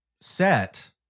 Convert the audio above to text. set